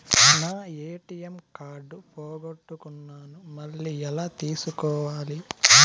నా ATM card పోగొట్టుకున్నాను, మళ్ళీ ఎలా తీసుకోవాలి?